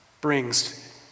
brings